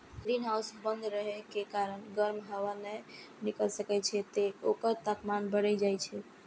greenhouse बंद रहै के कारण गर्म हवा नै निकलि सकै छै, तें ओकर तापमान बढ़ि जाइ छै